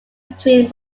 between